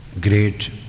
great